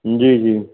जी जी